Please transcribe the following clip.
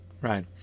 right